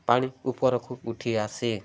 ପାଣି ଉପରକୁ ଉଠିଆସେ